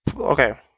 Okay